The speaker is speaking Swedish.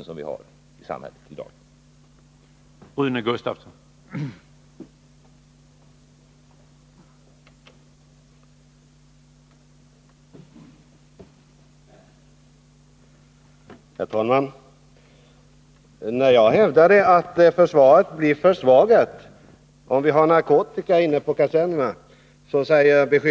att motverka narkotikamissbruk vid militära